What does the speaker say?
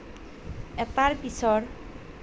এটাৰ পিছৰ